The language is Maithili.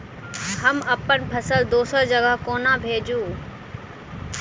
हम अप्पन फसल दोसर जगह कोना भेजू?